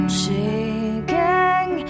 shaking